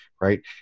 right